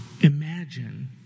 Imagine